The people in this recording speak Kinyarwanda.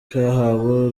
cyahawe